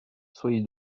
soyez